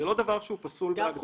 זה לא דבר שהוא פסול בהגדרה.